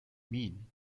mean